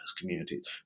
communities